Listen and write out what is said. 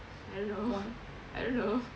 I don't know I don't know